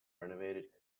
renovated